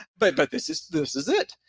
but but this is this is it.